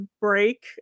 break